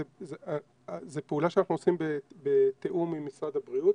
זו פעולה שאנחנו עושים בתיאום עם משרד הבריאות.